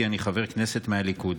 כנסת נכבדה,